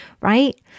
Right